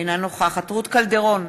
אינה נוכחת רות קלדרון,